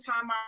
time